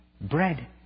bread